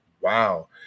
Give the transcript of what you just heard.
wow